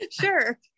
Sure